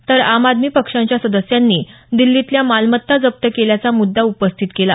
तर आम आदमी पक्षांच्या सदस्यांनी दिल्लीतल्या मालमत्ता जप्त केल्याचा मुद्दा उपस्थित केला